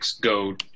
go